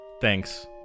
Thanks